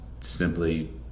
simply